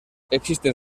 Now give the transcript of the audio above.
existen